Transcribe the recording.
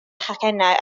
chacennau